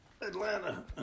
Atlanta